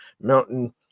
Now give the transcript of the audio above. Mountain